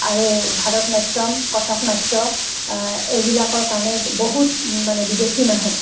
আৰু ভাৰতনাট্যম কঠক নাট্য এইবিলাকৰ কাৰণে বহুত মানে বিদেশী মানুহ